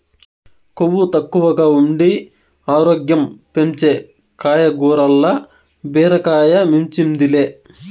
కొవ్వు తక్కువగా ఉండి ఆరోగ్యం పెంచే కాయగూరల్ల బీరకాయ మించింది లే